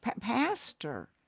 pastor